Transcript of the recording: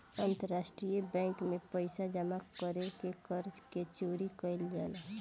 अंतरराष्ट्रीय बैंक में पइसा जामा क के कर के चोरी कईल जाला